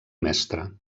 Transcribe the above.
mestre